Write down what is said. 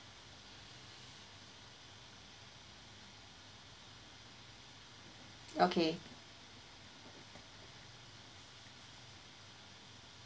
okay